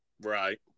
Right